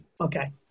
Okay